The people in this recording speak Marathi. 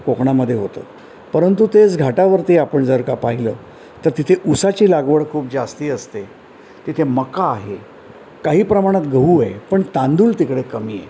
कोकणामध्ये होतं परंतु तेच घाटावरती आपण जर का पाहिलं तर तिथे उसाची लागवड खूप जास्त असते तिथे मका आहे काही प्रमाणात गहू आहे पण तांदूळ तिकडे कमी आहे